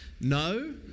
no